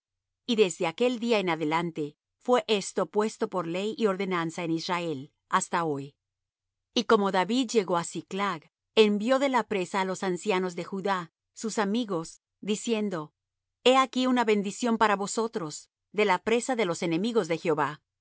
y desde aquel día en adelante fué esto puesto por ley y ordenanza en israel hasta hoy y como david llegó á siclag envió de la presa á los ancianos de judá sus amigos diciendo he aquí una bendición para vosotros de la presa de los enemigos de jehová